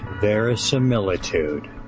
verisimilitude